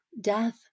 death